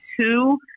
two